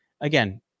again